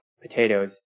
potatoes